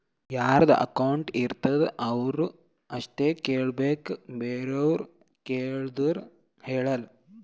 ಯಾರದು ಅಕೌಂಟ್ ಇರ್ತುದ್ ಅವ್ರು ಅಷ್ಟೇ ಕೇಳ್ಬೇಕ್ ಬೇರೆವ್ರು ಕೇಳ್ದೂರ್ ಹೇಳಲ್ಲ